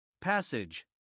Passage